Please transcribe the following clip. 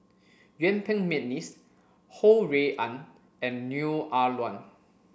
Yuen Peng McNeice Ho Rui An and Neo Ah Luan